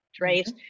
right